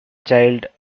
child